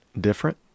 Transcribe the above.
different